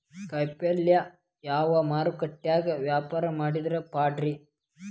ಕಾಯಿಪಲ್ಯನ ಯಾವ ಮಾರುಕಟ್ಯಾಗ ವ್ಯಾಪಾರ ಮಾಡಿದ್ರ ಪಾಡ್ರೇ?